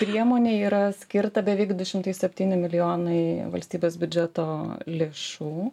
priemonei yra skirta beveik du šimtai septyni milijonai valstybės biudžeto lėšų